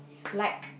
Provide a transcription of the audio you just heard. like